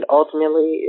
ultimately